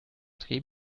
dreh